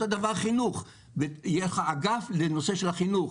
אותו דבר חינוך, יהיה אגף לנושא החינוך.